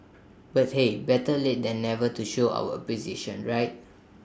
but hey better late than never to show our appreciation right